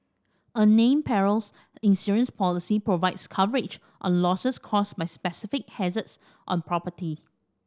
a named perils insurance policy provides coverage on losses caused by specific hazards on property